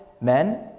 men